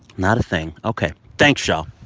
not a thing. ok. thanks, y'all